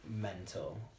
Mental